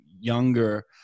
younger